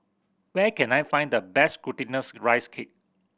where can I find the best Glutinous Rice Cake